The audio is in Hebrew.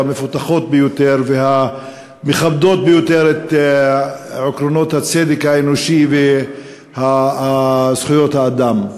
המפותחות ביותר והמכבדות ביותר את עקרונות הצדק האנושי וזכויות האדם.